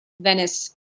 Venice